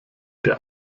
der